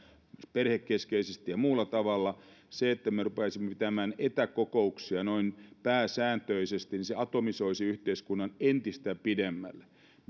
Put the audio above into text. perhekeskeisesti ja muulla tavalla se että me rupeaisimme pitämään etäkokouksia noin pääsääntöisesti atomisoisi yhteiskunnan entistä pidemmälle